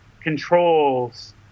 controls